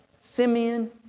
Simeon